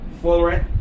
Florent